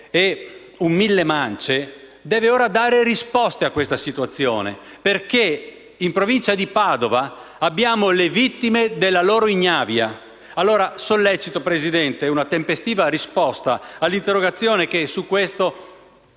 un millemance, deve ora dare risposte a questa situazione, perché in Provincia di Padova abbiamo le vittime della loro ignavia. Sollecito pertanto, signora Presidente, una tempestiva risposta all'interrogazione che su questo